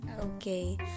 Okay